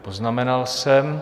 Poznamenal jsem.